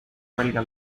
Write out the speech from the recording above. huelga